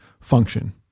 function